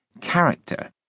character